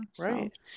Right